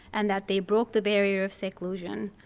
and that they broke the barrier of seclusion.